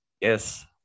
Yes